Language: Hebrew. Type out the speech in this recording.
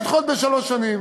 לדחות בשלוש שנים